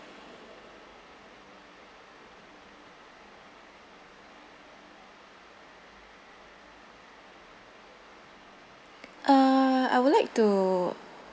uh I would like to